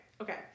Okay